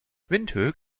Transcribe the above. windhoek